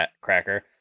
cracker